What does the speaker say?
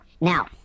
Now